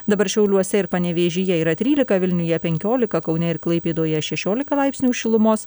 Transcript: dabar šiauliuose ir panevėžyje yra trylika vilniuje penkiolika kaune ir klaipėdoje šešiolika laipsnių šilumos